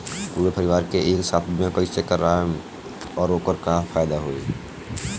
पूरा परिवार के एके साथे बीमा कईसे करवाएम और ओकर का फायदा होई?